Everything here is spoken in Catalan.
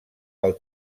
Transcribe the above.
pel